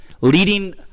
leading